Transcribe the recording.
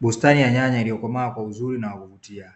Bustani ya nyanya iliyo komaa kwa uzuri na kuvutia,